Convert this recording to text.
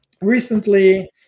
recently